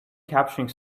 capturing